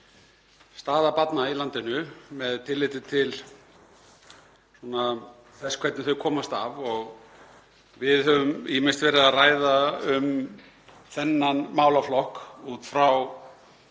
staða barna í landinu með tilliti til þess hvernig þau komast af. Við höfum ýmist verið að ræða um þennan málaflokk út frá